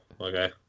okay